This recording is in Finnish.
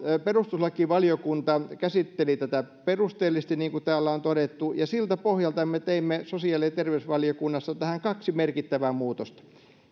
perustuslakivaliokunta käsitteli tätä perusteellisesti niin kuin täällä on todettu ja siltä pohjalta me teimme sosiaali ja terveysvaliokunnassa tähän kaksi merkittävää muutosta